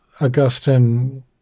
Augustine